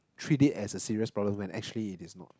treat it as a serious problem when actually it is not